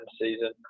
season